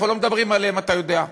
אנחנו לא מדברים עליהן, אתה יודע.